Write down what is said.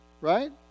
Right